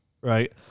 right